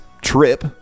trip